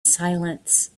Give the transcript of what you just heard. silence